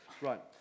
right